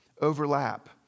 overlap